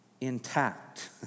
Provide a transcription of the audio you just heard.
intact